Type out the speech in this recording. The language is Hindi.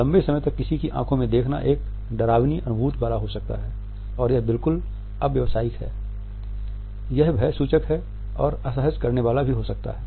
लंबे समय तक किसी की आंखों में देखना एक डरावनी अनुभूति वाला हो सकता है और यह बिल्कुल अव्यवसायिक है यह भय सूचक और असहज करने वाला भी हो सकता है